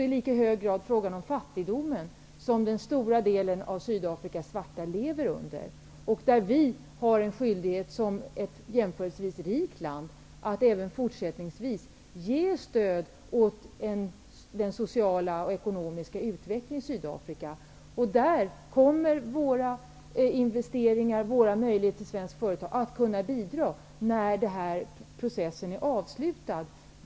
I lika hög grad är det fråga om fattigdomen. En stor del av Sydafrikas svarta befolkning lever ju i fattigdom. Sverige, som är ett jämförelsevis rikt land, har att även fortsättningsvis ge stöd till förmån för den sociala och ekonomiska utvecklingen i Sydafrika. I det sammanhanget kommer våra investeringar och våra möjligheter när det gäller svenska företag att vara en bidragande faktor när processen väl är avslutad.